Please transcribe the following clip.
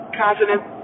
continent